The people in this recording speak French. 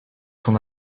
son